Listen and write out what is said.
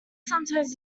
sometimes